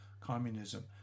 communism